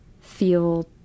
feel